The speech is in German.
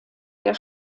der